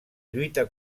lluita